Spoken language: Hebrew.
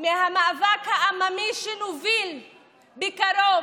מהמאבק העממי שנוביל בקרוב.